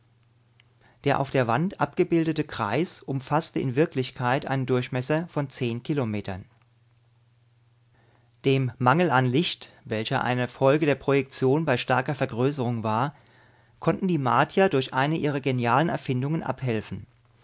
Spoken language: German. der auf der wand abgebildete kreis umfaßte in wirklichkeit einen durchmesser von zehn kilometern dem mangel an licht welcher eine folge der projektion bei starker vergrößerung war konnten die martier durch eine ihrer genialen erfindungen abhelfen